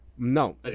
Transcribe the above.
No